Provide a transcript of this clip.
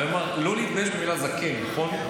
הוא אמר לא להתבייש במילה "זקן", נכון?